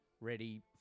ready